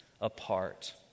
apart